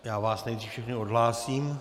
Já vás nejdřív všechny odhlásím.